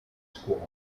scuole